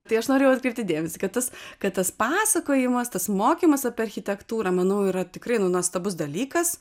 tai aš norėjau atkreipti dėmesį kad tas kad tas pasakojimas tas mokymas apie architektūrą manau yra tikrai nu nuostabus dalykas